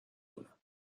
کنم